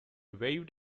waved